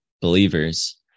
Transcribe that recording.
believers